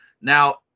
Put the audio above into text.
Now